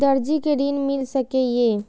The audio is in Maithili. दर्जी कै ऋण मिल सके ये?